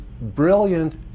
brilliant